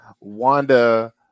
Wanda